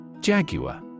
Jaguar